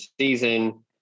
season